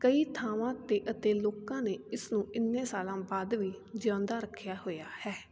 ਕਈ ਥਾਵਾਂ 'ਤੇ ਅਤੇ ਲੋਕਾਂ ਨੇ ਇਸ ਨੂੰ ਇੰਨੇ ਸਾਲਾਂ ਬਾਅਦ ਵੀ ਜਿਉਂਦਾ ਰੱਖਿਆ ਹੋਇਆ ਹੈ